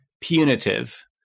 punitive